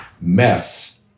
mess